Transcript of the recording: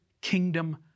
kingdom